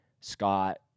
Scott